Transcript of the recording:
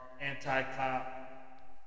anti-cop